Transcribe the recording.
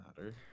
matter